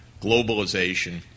Globalization